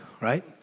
right